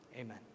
amen